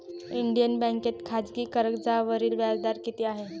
Indian बँकेत खाजगी कर्जावरील व्याजदर किती आहे?